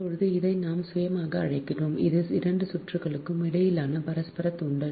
இப்போது இதை நாம் சுயமாக அழைக்கிறோம் இது 2 சுற்றுகளுக்கு இடையிலான பரஸ்பர தூண்டல்